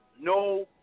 no